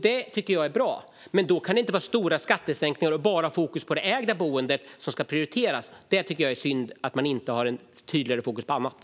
Det tycker jag är bra, men då kan det inte vara stora skattesänkningar och fokus på det ägda boendet som ska prioriteras. Jag tycker att det är synd att man inte har ett tydligare fokus på annat.